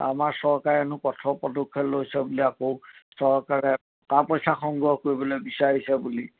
আমাৰ চৰকাৰেনো কঠোৰ পদক্ষেপ লৈছে বুলি আকৌ চৰকাৰে টকা পইচা সংগ্ৰহ কৰিবলৈ বিচাৰিছে বুলি